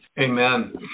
amen